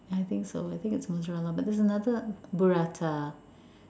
I think so I think it's mozzarella but there's another burrata